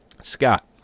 Scott